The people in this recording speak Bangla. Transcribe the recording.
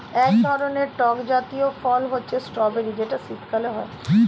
এক ধরনের টক জাতীয় ফল হচ্ছে স্ট্রবেরি যেটা শীতকালে হয়